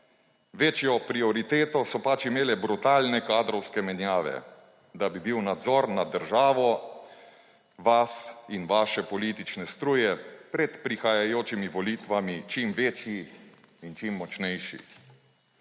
Večjo prioriteto so pač imele brutalne kadrovske menjave, da bi bil nadzor nad državo vas in vaše politične struje pred prihajajočimi volitvami čim večji in čim močnejši.